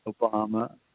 Obama